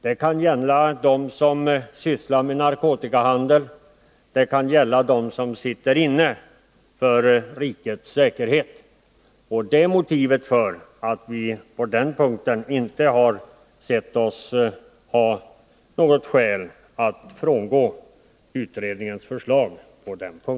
Det kan gälla dem sv.n sysslar med narkotikahandel. Det kan gälla dem som sitter inne för brott mot rikets säkerhet. Och det är motivet för att vi inte på Nr 34 den punkten har ansett oss ha något skäl att frångå utredningens förslag. Onsdagen den